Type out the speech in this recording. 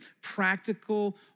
practical